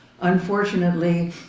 unfortunately